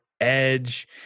Edge